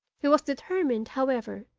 he was determined, however,